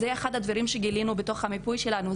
זה אחד הדברים שגילינו בתוך המיפוי שלנו.